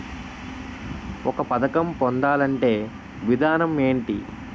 ఒక పథకం పొందాలంటే విధానం ఏంటి?